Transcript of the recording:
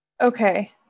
Okay